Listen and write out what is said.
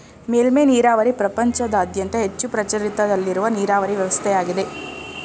ಮೇಲ್ಮೆ ನೀರಾವರಿ ಪ್ರಪಂಚದಾದ್ಯಂತ ಹೆಚ್ಚು ಪ್ರಚಲಿತದಲ್ಲಿರುವ ನೀರಾವರಿ ವ್ಯವಸ್ಥೆಯಾಗಿದೆ